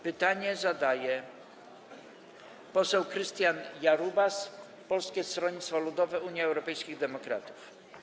Pytanie zadaje poseł Krystian Jarubas, Polskie Stronnictwo Ludowe - Unia Europejskich Demokratów.